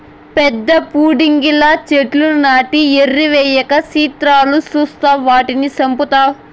పెద్ద పుడింగిలా చెట్లు నాటి ఎరువెయ్యక సిత్రాలు సూస్తావ్ వాటిని సంపుతావ్